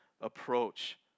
approach